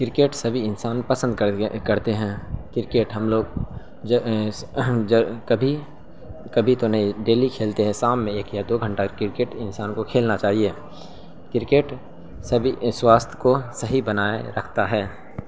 cricket سبھی انسان پسند کرتے ہیں کرکٹ ہم لوگ کبھی کبھی تو نہیں ڈیلی کھیلتے ہیں سام میں ایک یا دو گھنٹہ کرکٹ انسان کو کھیلنا چاہیے کرکٹ سبھی سواستھ کو صحیح بنائے رکھتا ہے